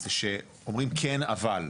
זה שאומרים 'כן, אבל'.